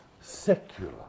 secular